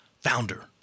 founder